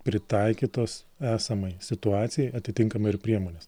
pritaikytos esamai situacijai atitinkamai ir priemonės